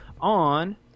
on